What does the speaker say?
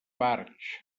barx